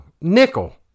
nickel